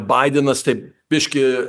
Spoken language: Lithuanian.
baidenas taip biškį